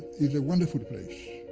is a wonderful place,